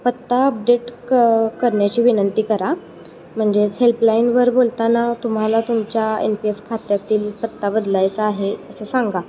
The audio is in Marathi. पत्ता अपडेट क करण्याची विनंती करा म्हणजेच हेल्पलाईनवर बोलताना तुम्हाला तुमच्या एन पी एस खात्यातील पत्ता बदलायचा आहे असं सांगा